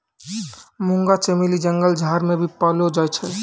मुंगा चमेली जंगल झाड़ मे भी पैलो जाय छै